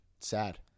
Sad